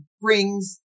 brings